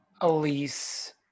elise